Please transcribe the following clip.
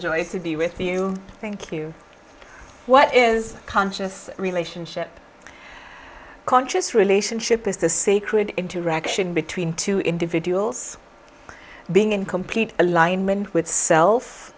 is to be with you thank you what is conscious relationship conscious relationship is the sacred interaction between two individuals being in complete alignment with cel